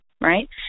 right